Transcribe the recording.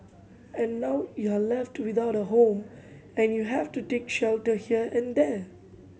and now you're left without a home and you have to take shelter here and there